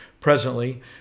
Presently